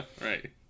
Right